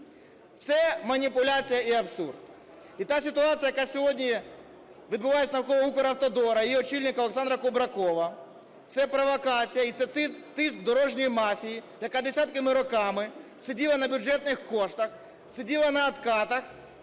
Це маніпуляція і абсурд. І та ситуація, яка сьогодні відбувається навколо Укравтодору і його очільника Олександра Кубракова, це провокація і це тиск дорожньої мафії, яка десятками років сиділа на бюджетних коштах, сиділа на откатах